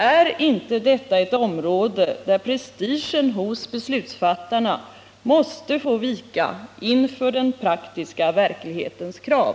Är inte detta ett område, där prestigen hos beslutsfattarna måste få vika inför den praktiska verklighetens krav?